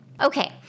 Okay